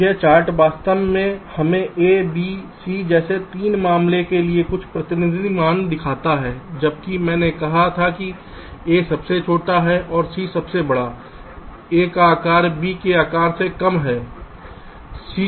अब यह चार्ट वास्तव में हमें A B C जैसे 3 मामलों के लिए कुछ प्रतिनिधि मान दिखाता है जबकि मैंने कहा था कि A सबसे छोटा है और C सबसे बड़ा है A का आकार B के आकार से कम है C के आकार से कम है